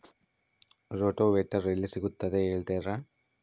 Rotavator ಎಲ್ಲಿ ಸಿಗುತ್ತದೆ ಹೇಳ್ತೇರಾ?